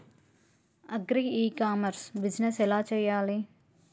Agri e commerce business ఎలా చెయ్యాలి?